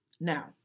Now